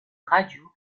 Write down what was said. radio